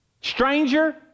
Stranger